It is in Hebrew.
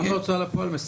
גם בהוצאה לפועל מסייעים.